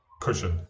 cushion